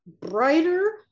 brighter